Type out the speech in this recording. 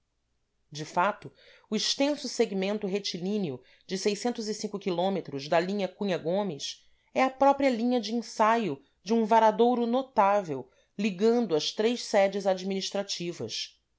de fato o extenso segmento retilíneo de km da linha cunha gomes é a própria linha de ensaio de um varadouro notável ligando as três sedes administrativas